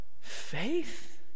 faith